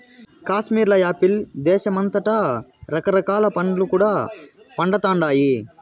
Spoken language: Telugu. కాశ్మీర్ల యాపిల్ దేశమంతటా రకరకాల పండ్లు కూడా పండతండాయి